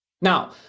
Now